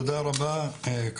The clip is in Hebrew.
תודה רבה.